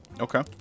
Okay